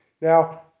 Now